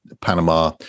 Panama